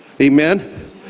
Amen